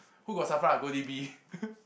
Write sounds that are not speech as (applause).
who got Safra go I D_B (laughs)